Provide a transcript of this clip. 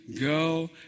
go